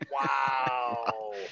Wow